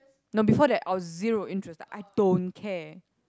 no before that I was zero interest like I don't care